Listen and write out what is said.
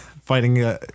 fighting